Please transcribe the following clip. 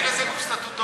אין לזה גוף סטטוטורי.